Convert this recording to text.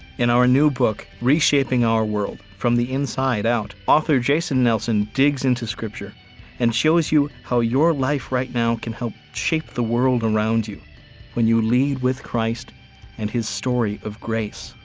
in our new book, reshaping our world from the inside out, author jason nelson digs into scripture and shows you how your life right now can help shape the world around you when you lead with christ and his story of grace.